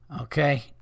Okay